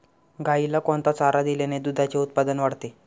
गाईला कोणता चारा दिल्याने दुधाचे उत्पन्न वाढते?